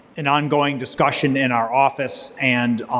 an ongoing discussion in our office and